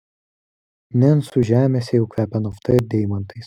nencų žemėse jau kvepia nafta ir deimantais